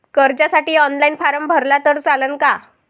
कर्जसाठी online form भरला तर चालन का?